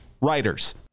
writers